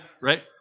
Right